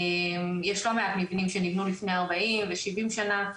יש לא מעט מבנים שנבנו לפני 40 ו-70 שנה,